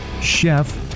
chef